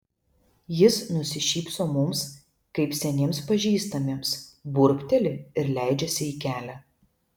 jis nusišypso mums kaip seniems pažįstamiems burbteli ir leidžiasi į kelią